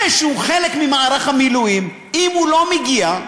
זה שהוא חלק ממערך המילואים, אם הוא לא מגיע,